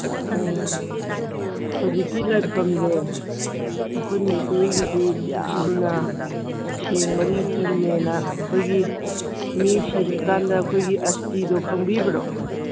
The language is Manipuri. ꯎꯝ ꯍꯧꯖꯤꯛꯀꯤ ꯂꯥꯏꯐꯝꯁꯦ ꯑꯩꯈꯣꯏ ꯃꯩꯇꯩꯒꯤꯗꯤ ꯌꯥꯝꯅ ꯁꯦꯡꯕ ꯂꯥꯏꯐꯝꯅꯦꯅ ꯑꯩꯈꯣꯏꯒꯤ ꯃꯤ ꯁꯤꯔꯀꯥꯟꯗ ꯑꯩꯈꯣꯏꯒꯤ ꯑꯁꯇꯤꯗꯣ ꯈꯪꯕꯤꯕ꯭ꯔꯣ